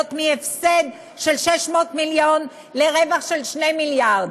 מהפסד של 600 מיליון לרווח של 2 מיליארד,